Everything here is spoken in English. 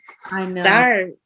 start